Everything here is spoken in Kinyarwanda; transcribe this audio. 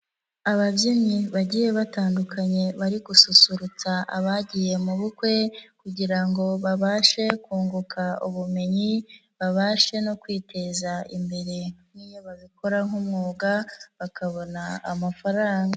Ababyinnyi bagiye batandukanye bari gususurutsa abagiye mu bukwe kugira ngo babashe kunguka ubumenyi, babashe no kwiteza imbere nk'iyo babikora nk'umwuga bakabona amafaranga.